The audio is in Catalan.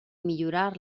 millorar